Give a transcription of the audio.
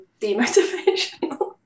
demotivational